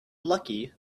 lucky